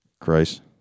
Christ